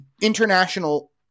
international